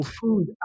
food